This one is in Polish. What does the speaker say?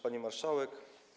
Pani Marszałek!